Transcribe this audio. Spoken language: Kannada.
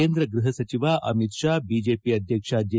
ಕೇಂದ್ರ ಗೃಹ ಸಚಿವ ಅಮಿತ್ ಶಾ ಬಿಜೆಪಿ ಅಧ್ಯಕ್ಷ ಜೆ